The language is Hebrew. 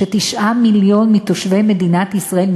של 9 מיליון תושבי מדינת ישראל,